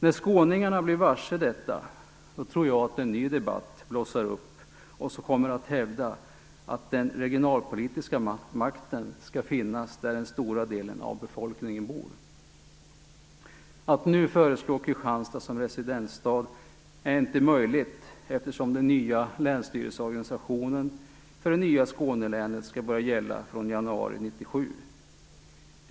När skåningarna blir varse detta tror jag att en ny debatt blossar upp. Man kommer att hävda att den regionalpolitiska makten skall finnas där den stora delen av befolkningen bor. Att nu föreslå Kristianstad som residensstad är inte möjligt, eftersom den nya länsstyrelseorganisationen för det nya Skånelänet skall börja gälla från januari 1997.